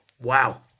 Wow